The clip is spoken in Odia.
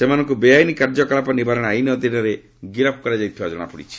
ସେମାନଙ୍କୁ ବେଆଇନ୍ କାର୍ଯ୍ୟକଳାପ ନିବାରଣ ଆଇନ୍ ଅଧୀନରେ ଗିରଫ୍ କରାଯାଇଥିବା ଜଣାପଡ଼ିଛି